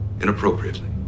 inappropriately